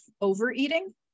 overeating